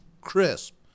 crisp